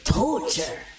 torture